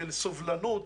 של סובלנות,